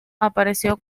apareció